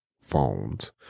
phones